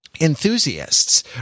Enthusiasts